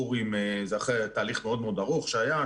זה אחרי תהליך מאוד מאוד ארוך שהיה,